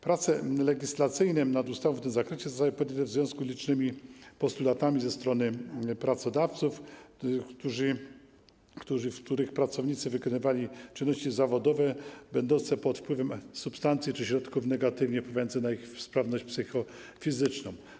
Prace legislacyjne nad ustawą w tym zakresie zostały podjęte w związku z licznymi postulatami ze strony pracodawców, których pracownicy wykonywali czynności zawodowe, będąc pod wpływem substancji czy środków negatywnie wpływających na ich sprawność psychofizyczną.